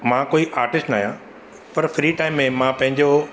मां कोई आर्टिस्ट न आहियां पर फ्री टाइम मे मां पंहिंजो